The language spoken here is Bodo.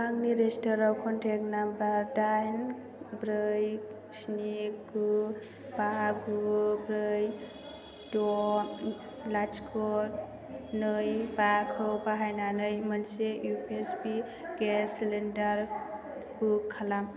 आंनि रेजिस्टारआव कन्टेक्ट नाम्बार दाइन ब्रै स्नि गु बा गु ब्रै द' लाथिख' नै बा खौ बाहायनानै मोनसे इउपिएसपि गेस सिलिन्डार बुक खालाम